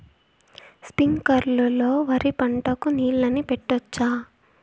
స్ప్రింక్లర్లు లో వరి పంటకు నీళ్ళని పెట్టొచ్చా?